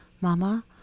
mama